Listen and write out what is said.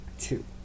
two